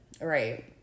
Right